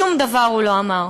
שום דבר הוא לא אמר,